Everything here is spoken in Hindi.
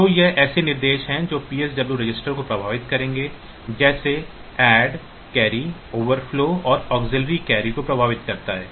तो ये ऐसे निर्देश हैं जो PSW रजिस्टर को प्रभावित करेंगे जैसे ऐड कैरी ओवरफ्लो और ऑक्सिलिआरी कैरी को प्रभावित करता है